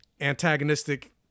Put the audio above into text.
antagonistic